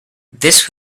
this